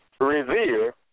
revere